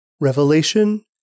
Revelation